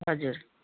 हजुर